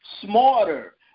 smarter